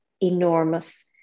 enormous